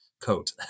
coat